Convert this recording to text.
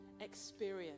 experience